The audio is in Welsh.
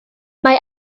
mae